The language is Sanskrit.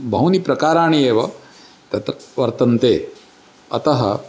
बहूनि प्रकाराणि एव तत्र वर्तन्ते अतः